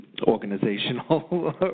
organizational